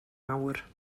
awr